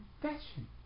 confession